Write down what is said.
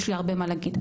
יש לי הרבה מה להגיד.